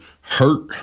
hurt